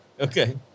Okay